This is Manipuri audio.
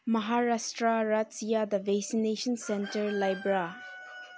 ꯃꯍꯥꯔꯥꯁꯇ꯭ꯔ ꯔꯥꯖ꯭ꯌꯥꯗ ꯚꯦꯛꯁꯤꯅꯦꯁꯟ ꯁꯦꯟꯇꯔ ꯂꯩꯕ꯭ꯔꯥ